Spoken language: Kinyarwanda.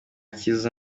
cyiza